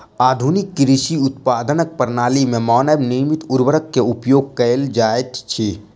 आधुनिक कृषि उत्पादनक प्रणाली में मानव निर्मित उर्वरक के उपयोग कयल जाइत अछि